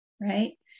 right